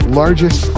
largest